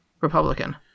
Republican